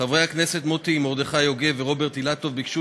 חברי הכנסת מוטי מרדכי יוגב ורוברט אילטוב ביקשו